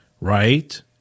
right